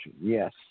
Yes